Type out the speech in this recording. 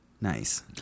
Nice